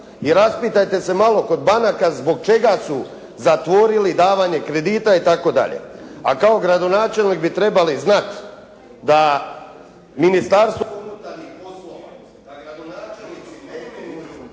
I raspitajte se malo kod banaka zbog čega su zatvoriti davanje kredita itd.? A kao gradonačelnik bi trebali znati da Ministarstvo unutarnjih poslova … /Govornik je isključen